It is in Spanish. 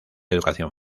educación